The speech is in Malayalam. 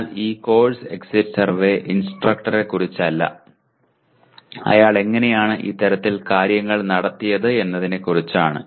എന്നാൽ ഈ കോഴ്സ് എക്സിറ്റ് സർവേ ഇൻസ്ട്രക്ടറെക്കുറിച്ചല്ല അയാൾ എങ്ങനെയാണ് ഇത്തരത്തിൽ കാര്യങ്ങൾ നടത്തിയത് എന്നതിനെ കുറിച്ചാണ്